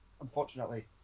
Unfortunately